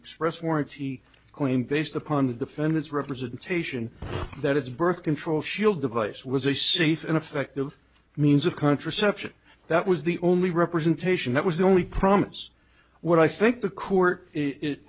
express warranty claim based upon the defendant's representation that its birth control shield device was a safe and effective means of contraception that was the only representation that was the only promise what i think the court it